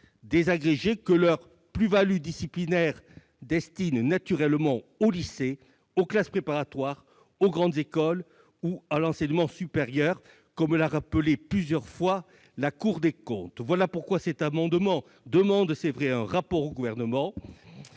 parce que leur plus-value disciplinaire les destine naturellement au lycée, aux classes préparatoires aux grandes écoles ou à l'enseignement supérieur, comme l'a rappelé plusieurs fois la Cour des comptes. Nous demandons donc, au travers de cet amendement, un rapport au Gouvernement